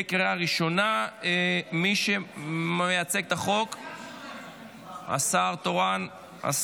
אושרה בקריאה ראשונה ותעבור לדיון בוועדת העבודה